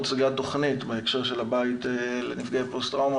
הוצגה תוכנית בהקשר של הבית לנפגעי פוסט טראומה,